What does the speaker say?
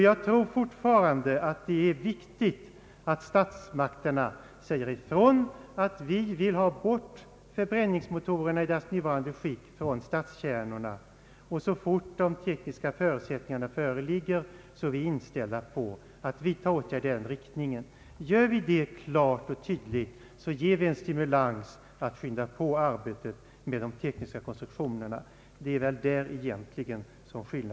Jag tror fortfarande att det är viktigt att statsmakterna säger ifrån att vi vill ha förbränningsmotorerna i deras nuvarande skick bort från stadskärnorna och att vi, så snart de tekniska förutsättningarna föreligger, är inställda på att vidta åtgärder i den riktningen. Säger vi det klart och tydligt, ger vi en stimulans att skynda på arbetet med de tekniska konstruktionerna.